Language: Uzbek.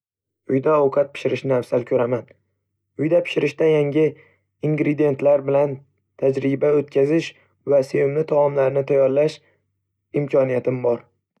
Uyda ovqat pishirishni afzal ko'raman. Uyda pishirishda yangi ingredientlar bilan tajriba o'tkazish va sevimli taomlarimni tayyorlash imkoniyatim bor.